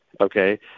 Okay